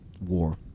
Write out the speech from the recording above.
war